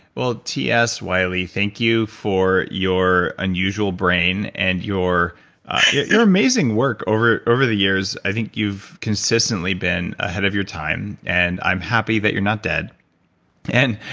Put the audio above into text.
well, ts wiley, thank you for your unusual brain and your yeah your amazing work over over the years. i think you've consistently been ahead of your time, and i'm happy that you're not dead and